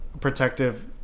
protective